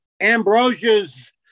Ambrosia's